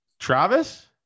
Travis